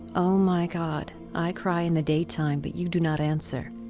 oh, my god, i cry in the daytime but you do not answer,